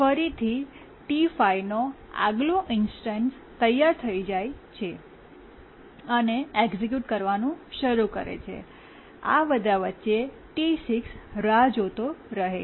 ફરીથી T5 નો આગલો ઇન્સ્ટન્સ તૈયાર થઈ જાય છે અને એક્ઝેક્યુટ કરવાનું શરૂ કરે છે અને આ બધા વચ્ચે T6 રાહ જોતો રહે છે